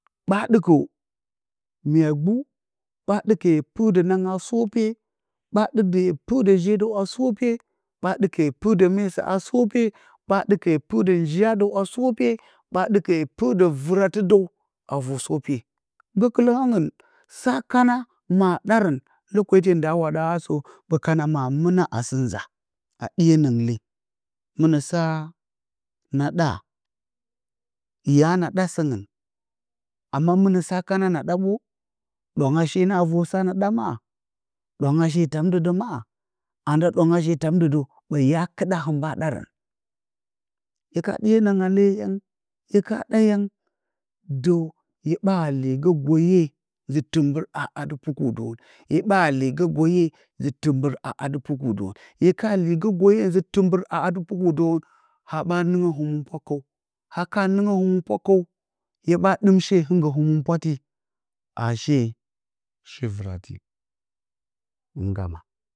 Ɓa ɗɨkə mya gbə, ɓa ɗɨ kə ye pɨr də nanga a soope ɓa ɗɨka hye pɨr də je dəw a soope ba ɗɨkə hye pɨr də mesa a soope ɓa dɨkə hye pɨr də njiyadəw a soope ɓa ɗɨkə hye pɨr də vəratɨdəwa vər soope gəkələ hangɨn sa kanama ɗarə lokati nda wa ɗə a sə ɓa kana ma mɨna a sɨ nza a ɗiyə nəngɨn le mɨna sa na ɗa? Ya na ɗa sɨngɨn amma mɨnə kana na ɗa ɓa? Ɗwanga she na vər sana ɗa ma? Ɗwanga she tamdə ma? Anda ɗwangashe tamdə də ya kɨɗga hɨn ɓa ɗarən ye ka ɗiyə nanga le yan ye ka ɗa yan də hye ɓa lergə goye nzɨ tɨgbɨrha a dɨ puku dərən iye ɓa lergə goge nzɨ tɨgbɨrha a dɨ puku dərən hye ka lergə goye nzɨ tɨgbɨrha a dɨ puku dərən ha ɓa nɨngə həməpwa kəw haka nɨngə həmə pwa kəw hye ɓa dɨm she gə həməpwati a she shi vərati hɨn angama